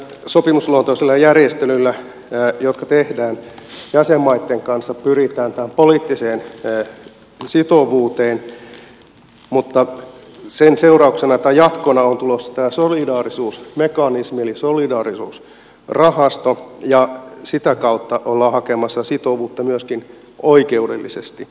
näillä sopimusluonteisilla järjestelyillä jotka tehdään jäsenmaitten kanssa pyritään tähän poliittiseen sitovuuteen mutta sen seurauksena tai jatkona on tulossa tämä solidaarisuusmekanismi eli solidaarisuusrahasto ja sitä kautta ollaan hakemassa sitovuutta myöskin oikeudellisesti